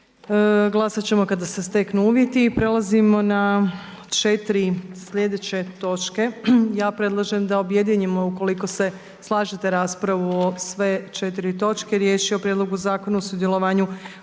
**Opačić, Milanka (SDP)** I prelazimo na četiri sljedeće točke. Ja predlažem da objedinimo ukoliko se slažete raspravu o sve četiri točke. Riječ je o - Prijedlog odluke o sudjelovanju